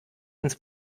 ins